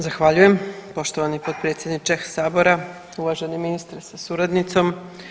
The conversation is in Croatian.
Zahvaljujem poštovani potpredsjedniče sabora, uvaženi ministre sa suradnicom.